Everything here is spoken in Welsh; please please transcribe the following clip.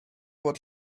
bod